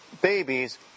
babies